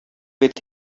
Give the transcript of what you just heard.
with